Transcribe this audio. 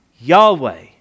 Yahweh